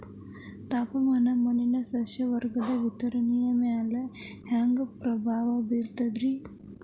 ತಾಪಮಾನ ಮಣ್ಣಿನ ಸಸ್ಯವರ್ಗದ ವಿತರಣೆಯ ಮ್ಯಾಲ ಹ್ಯಾಂಗ ಪ್ರಭಾವ ಬೇರ್ತದ್ರಿ?